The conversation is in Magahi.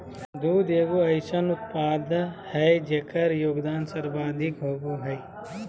दुग्ध एगो अइसन उत्पाद हइ जेकर योगदान सर्वाधिक होबो हइ